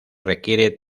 requiere